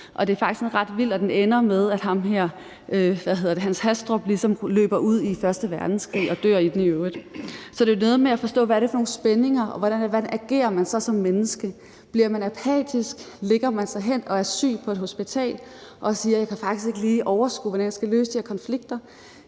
Den er faktisk ret vild, og den ender med, at ham her Hans Castorp ligesom løber ud i første verdenskrig, og dør i den i øvrigt. Så det er noget med at forstå, hvad der er for nogle spændinger, og hvordan man så agerer som menneske. Bliver man apatisk, og lægger man sig hen og er syg på et hospital og siger, at jeg faktisk ikke lige kan overskue, hvordan jeg skal løse de her konflikter?